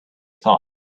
thought